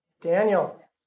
Daniel